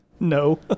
No